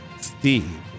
Steve